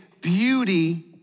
beauty